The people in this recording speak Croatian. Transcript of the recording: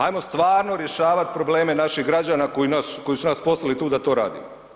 Ajmo stvarno rješavati probleme naših građana koji su nas poslali tu da to radimo.